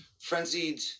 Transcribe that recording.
frenzied